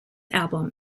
album